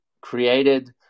created